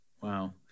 Wow